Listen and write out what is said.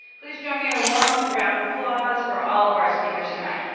please join me in a warm round of applause for all of our speakers tonight.